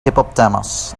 hippopotamus